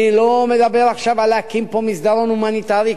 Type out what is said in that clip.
אני לא מדבר עכשיו על להקים פה מסדרון הומניטרי,